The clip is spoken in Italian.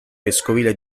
vescovile